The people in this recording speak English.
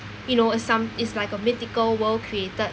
you know a some is like a mythical world created